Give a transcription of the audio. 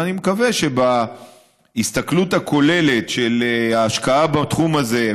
אני מקווה שבהסתכלות הכוללת של ההשקעה בתחום הזה,